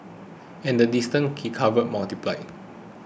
and the distances he covered multiplied